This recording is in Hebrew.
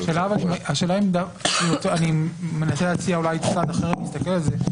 אני מנסה להציע אולי צד אחר להסתכל על זה.